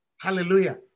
Hallelujah